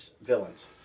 villains